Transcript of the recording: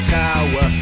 tower